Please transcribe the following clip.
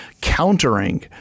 countering